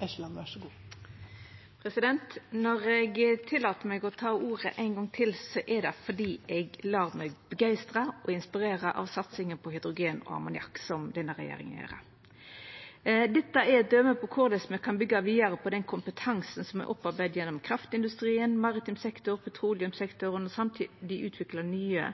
det fordi eg lèt meg begeistra og inspirera av satsinga på hydrogen og ammoniakk som denne regjeringa har. Dette er eit døme på korleis me kan byggja vidare på den kompetansen som er opparbeidd gjennom kraftindustrien, maritim sektor og petroleumssektoren, og samtidig utvikla nye